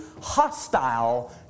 hostile